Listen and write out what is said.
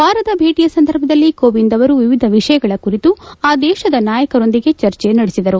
ವಾರದ ಭೇಟಿ ಸಂದರ್ಭದಲ್ಲಿ ಕೋವಿಂದ್ ಅವರು ವಿವಿಧ ವಿಷಯಗಳ ಕುರಿತು ಆ ದೇಶದ ನಾಯಕರೊಂದಿಗೆ ಚರ್ಚೆ ನಡೆಸಿದರು